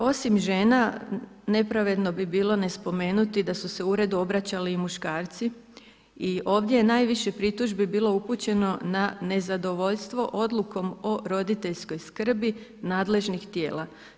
Osim žena, nepravedno bi bilo ne spomenuti da su se uredu obraćali i muškarci i ovdje je najviše pritužbi bilo upućeno na nezadovoljstvo odlukom o roditeljskoj skrbi nadležnih tijela.